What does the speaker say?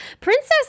princess